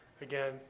Again